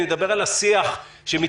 אני מדבר על השיח שמתקיים.